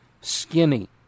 skinny